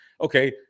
Okay